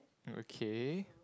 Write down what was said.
okay